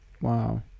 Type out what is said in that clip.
wow